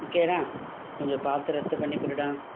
ஓகேடா கொஞ்சம் பார்த்து ரத்து பண்ணிக்கொடுடா